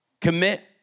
commit